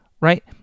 right